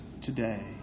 today